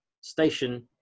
station